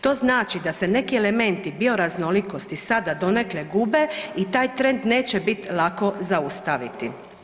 To znači da se neki elementi bioraznolikosti sada donekle gube i taj trend neće biti lako zaustaviti.